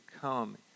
come